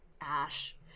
Ash